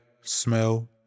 smell